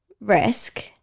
risk